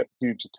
huge